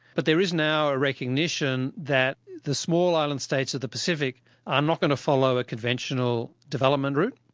but there is now a recognition that the small island states of the pacific are not going to follow a conventional development route.